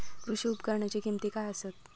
कृषी उपकरणाची किमती काय आसत?